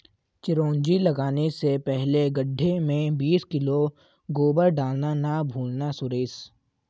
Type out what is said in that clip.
चिरौंजी लगाने से पहले गड्ढे में बीस किलो गोबर डालना ना भूलना सुरेश